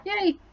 Yay